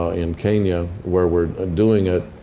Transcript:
ah in kenya where we're ah doing it.